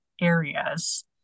areas